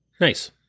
Nice